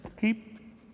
keep